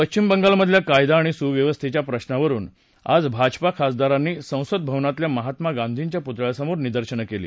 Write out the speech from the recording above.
पश्चिम बंगालमधल्या कायदा आणि सुव्यवस्थेच्या प्रश्नावरुन आज भाजपा खासदारांनी संसदभवनातल्या महात्मा गांधीच्या पुतळ्यासमोर निदर्शनं केली